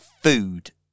food